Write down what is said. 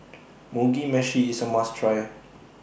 Mugi Meshi IS A must Try